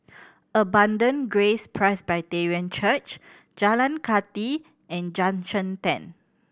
Abundant Grace Presbyterian Church Jalan Kathi and Junction Ten